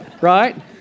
Right